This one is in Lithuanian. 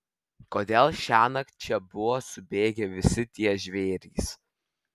kodėl šiąnakt čia buvo subėgę visi tie žvėrys